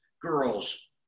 girls